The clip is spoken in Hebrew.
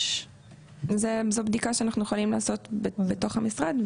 זו בדיקה שאנחנו יכולים לעשות בתוך המשרד,